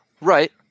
Right